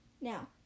Now